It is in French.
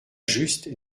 juste